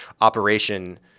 operation